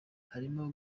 harimo